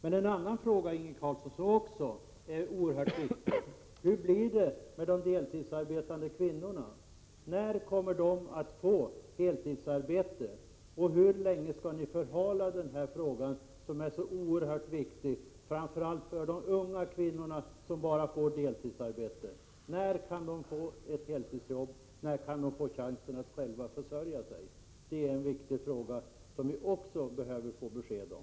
En annan fråga, som också är oerhört viktig, Inge Carlsson, är: Hur blir det med de deltidsarbetande kvinnorna? När kommer de att få heltidsarbete? Hur länge skall ni förhala den frågan, som är så oerhört viktig, framför allt för de unga kvinnorna, som bara får deltidsarbete? När kan de få ett heltidsjobb och chansen att själva försörja sig? Detta behöver vi också få besked om.